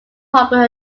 popular